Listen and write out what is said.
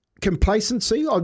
complacency